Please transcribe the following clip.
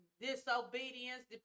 disobedience